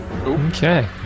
Okay